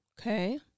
Okay